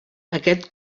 aquest